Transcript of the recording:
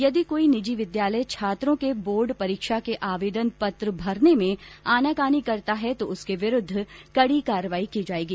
यदि कोई निजी विद्यालय छात्रों के बोर्ड परीक्षा के आवेदन पत्र भरने में आनाकानी करता है तो उसके विरूद्व कड़ी कार्यवाही की जाएगी